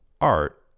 art